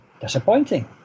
Disappointing